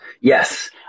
Yes